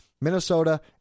Minnesota